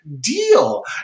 deal